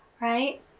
right